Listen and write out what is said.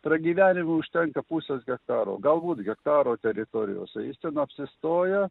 pragyvenimui užtenka pusės hektaro galbūt hektaro teritorijos jis ten apsistoja